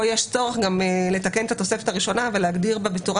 כאן יש צורך לתקן את התוספת הראשונה ולהגדיר בה בצורה